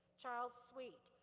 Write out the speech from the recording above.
charles sweet,